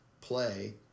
play